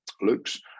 Luke's